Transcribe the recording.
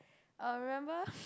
err remember